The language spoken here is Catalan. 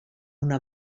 una